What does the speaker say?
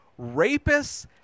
rapists